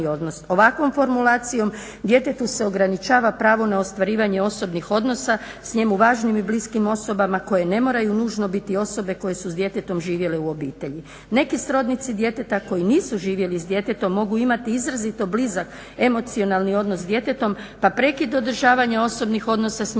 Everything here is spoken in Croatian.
Ovakvom formulacijom djetetu se ograničava pravo na ostvarivanje osobnih odnosa s njemu važnim i bliskim osobama koje ne moraju biti nužno osobe koje su s djetetom živjele u obitelji. Neki srodnici djeteta koji nisu živjeli s djetetom mogu imati izrazito blizak emocionalni odnos s djetetom pa prekid održavanja osobnih odnosa s njima